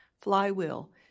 Flywheel